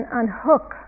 unhook